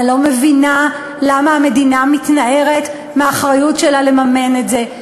אני לא מבינה למה המדינה מתנערת מהאחריות שלה לממן את זה,